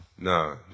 No